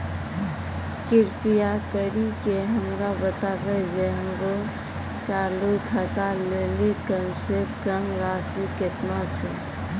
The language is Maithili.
कृपा करि के हमरा बताबो जे हमरो चालू खाता लेली कम से कम राशि केतना छै?